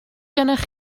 gennych